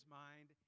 mind